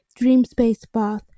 DreamSpaceBath